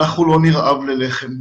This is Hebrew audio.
אנחנו לא נרעב ללחם.